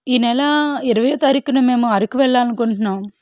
ఈనెల ఇరవైవ తారీకున మేము అరకు వెళ్ళాలనుకుంటున్నాము